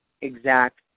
exact